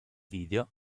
video